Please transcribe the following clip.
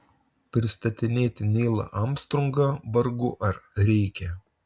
pristatinėti neilą armstrongą vargu ar reikia